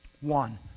One